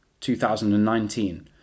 2019